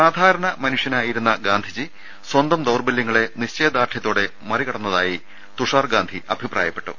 സാധാരണ മനുഷ്യനായിരുന്ന ഗാന്ധിജി സ്വന്തം ദൌർബലൃങ്ങളെ നിശ്ചയദാർഢ്യത്താടെ മറികടന്നിരുന്നതായി തുഷാർഗാന്ധി അഭിപ്രായപ്പെട്ടു